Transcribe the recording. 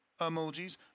emojis